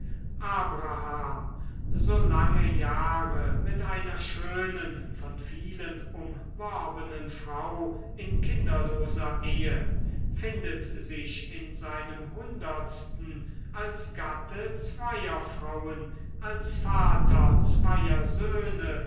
abraham so lange jahre mit einer schönen von vielen umworbenen frau in kinderloser ehe findet sich in seinem hundertsten als gatte zweier frauen als vater zweier söhne